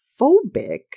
phobic